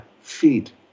feet